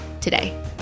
today